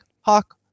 Hawk